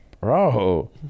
bro